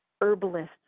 herbalists